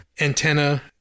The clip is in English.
antenna